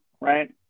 right